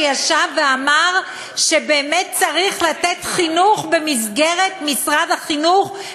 שישב ואמר שצריך לתת חינוך במסגרת משרד החינוך,